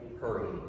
hurry